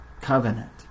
covenant